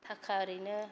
थाखा एरैनो